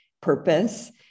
purpose